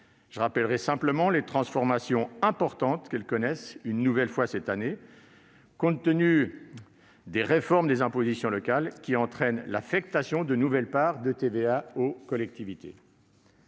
Je rappellerai simplement les transformations importantes qu'elles connaissent une nouvelle fois cette année, compte tenu des réformes des impositions locales qui entraînent l'affectation de nouvelles parts de TVA aux collectivités.